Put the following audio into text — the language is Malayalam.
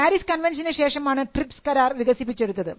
പാരീസ് കൺവെൻഷന് ശേഷമാണ് ട്രിപ്സ് കരാർ വികസിപ്പിച്ചെടുത്തത്